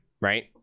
right